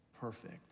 perfect